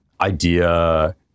idea